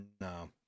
No